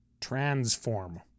Transform